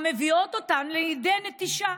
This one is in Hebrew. המביאות אותם לידי נטישה.